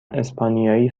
اسپانیایی